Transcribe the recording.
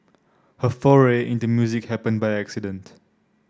her foray into music happened by accident